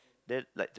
then like